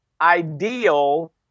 ideal